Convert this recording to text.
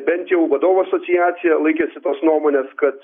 bent jau vadovų asociacija laikėsi tos nuomonės kad